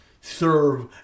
serve